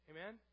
Amen